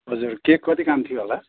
हजुर के कति काम थियो होला